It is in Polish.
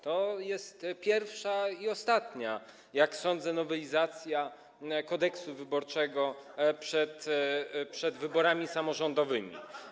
To jest pierwsza i ostatnia, jak sądzę, nowelizacja Kodeksu wyborczego przed wyborami samorządowymi.